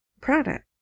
product